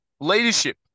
Leadership